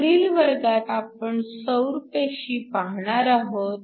पुढील वर्गात आपण सौर पेशी पाहणार आहोत